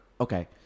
okay